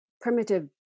primitive